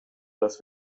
dass